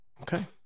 okay